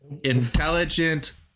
intelligent